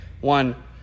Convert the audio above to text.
one